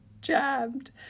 jammed